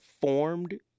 formed